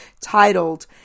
titled